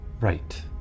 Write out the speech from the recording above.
Right